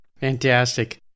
Fantastic